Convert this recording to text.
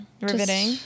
riveting